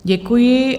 Děkuji.